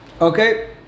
Okay